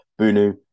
Bunu